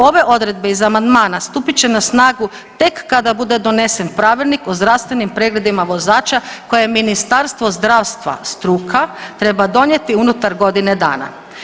Ove odredbe iz amandmana stupit će na snagu tek kada bude donesen Pravilnik o zdravstvenim pregledima vozača koje Ministarstvo zdravstva, struka treba donijeti unutar godine dana.